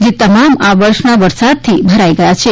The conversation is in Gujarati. જે તમામ આ વર્ષના વરસાદથી ભરાઇ ગયા છે